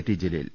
T Jaleel